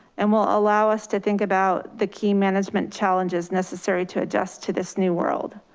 and will allow us to think about the key management challenges necessary to adjust to this new world.